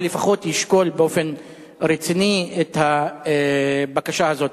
או לפחות ישקול באופן רציני את הבקשה הזאת.